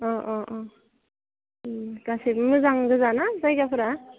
अ अ अ गासैबो मोजां गोजाना जायगाफोरा